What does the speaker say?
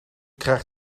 krijg